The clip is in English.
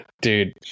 dude